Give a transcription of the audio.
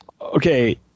Okay